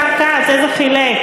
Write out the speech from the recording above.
השר כץ, איזה חילק?